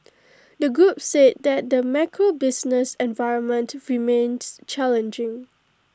the group said that the macro business environment remains challenging